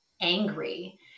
angry